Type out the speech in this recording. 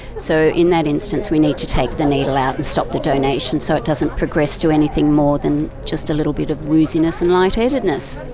so in that instance we need to take the needle out and stop the donation so it doesn't progress to anything more than just a little bit of wooziness and light-headedness.